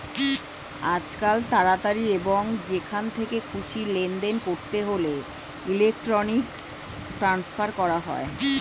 আজকাল তাড়াতাড়ি এবং যেখান থেকে খুশি লেনদেন করতে হলে ইলেক্ট্রনিক ট্রান্সফার করা হয়